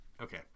Okay